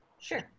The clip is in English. sure